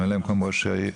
מ"מ ראש העיר.